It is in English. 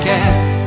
Cast